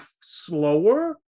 slower